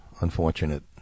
unfortunate